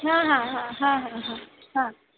हां हां हां हां हां हां हां